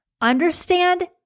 understand